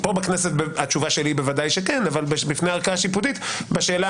פה בכנסת התשובה שלי היא בוודאי שכן אבל בפני ערכאה שיפוטית בשאלה: